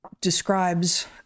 describes